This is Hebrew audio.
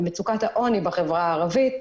במצוקת העוני בחברה הערבית,